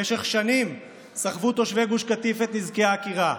במשך שנים סחבו תושבי גוש קטיף את נזקי העקירה.